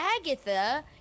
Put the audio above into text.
Agatha